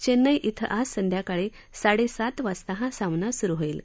चेन्नई क्रि आज संध्याकाळी साडेसात वाजता हा सामना सुरु होईल